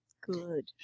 Good